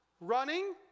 Running